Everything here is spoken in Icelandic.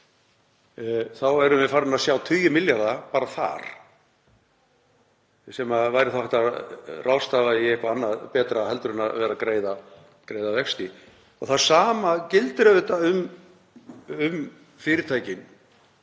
þá værum við farin að sjá tugi milljarða bara þar, sem væri þá hægt að ráðstafa í eitthvað annað betra en að vera að greiða vexti. Það sama gildir auðvitað um fyrirtækin